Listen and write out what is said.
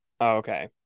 Okay